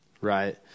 right